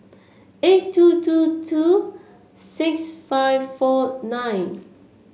eight two two two six five four nine